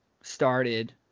started